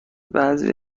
بعضی